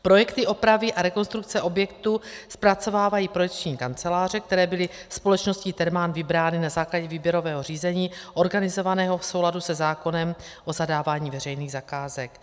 Projekty opravy a rekonstrukce objektu zpracovávají projekční kanceláře, které byly společností Thermal vybrány na základě výběrového řízení organizovaného v souladu se zákonem o zadávání veřejných zakázek.